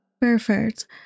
Perfect